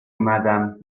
madam